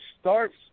starts